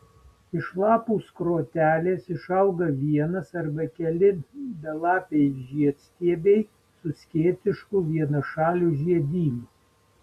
iš lapų skrotelės išauga vienas arba keli belapiai žiedstiebiai su skėtišku vienašaliu žiedynu